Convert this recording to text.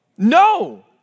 No